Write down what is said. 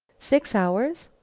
six hours?